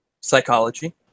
Psychology